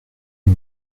est